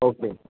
okay